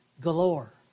galore